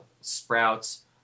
sprouts